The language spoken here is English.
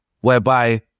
whereby